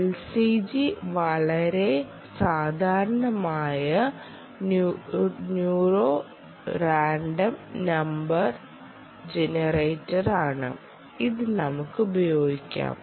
LCG വളരെ സാധാരണമായ pseudo random number ജനറേറ്ററാണ് ഇത് നമുക്ക് ഉപയോഗിക്കാം